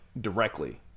directly